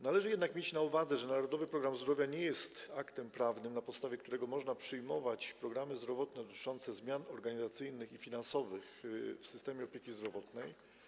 Należy jednak mieć na uwadze, że „Narodowy program zdrowia” nie jest aktem prawnym, na którego podstawie można przyjmować programy zdrowotne dotyczące zmian organizacyjnych i finansowych w systemie opieki zdrowotnej.